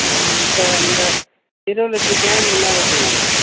இப்போ அந்த இருபது லிட்டர் கேனு என்ன ரேட்டுங்க